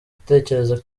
gutekereza